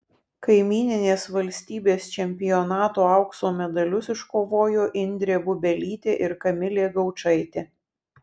kaimyninės valstybės čempionato aukso medalius iškovojo indrė bubelytė ir kamilė gaučaitė